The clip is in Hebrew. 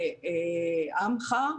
ו"עמך",